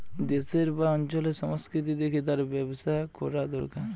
দেশের বা অঞ্চলের সংস্কৃতি দেখে তার ব্যবসা কোরা দোরকার